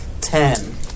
Ten